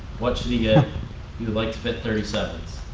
what should he get? he would like to fit thirty seven s.